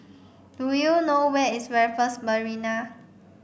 do you know where is Raffles Marina